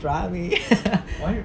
don't drop it